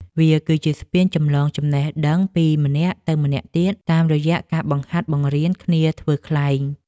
វាគឺជាស្ពានចម្លងចំណេះដឹងពីម្នាក់ទៅម្នាក់ទៀត តាមរយៈការបង្ហាត់បង្រៀនគ្នាធ្វើខ្លែង។